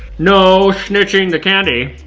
no snitching the candy.